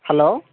hello